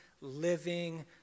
living